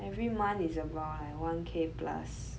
every month is about like one K plus